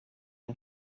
and